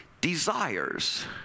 desires